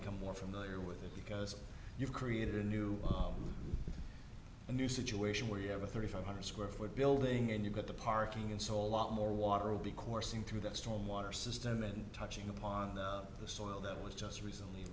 become more familiar with it because you've created a new a new situation where you have a thirty five hundred square foot building and you get the parking and so a lot more water will be coursing through that storm water system and touching upon the soil that was just recently